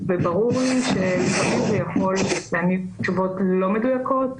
וברור לי שלפעמים זה יכול להניב תשובות לא מדויקות,